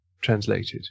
translated